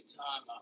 time